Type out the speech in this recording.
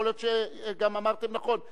יכול להיות שגם אמרתם נכון,